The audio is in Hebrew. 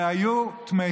שלא הבינו והיו תמהים,